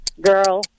Girl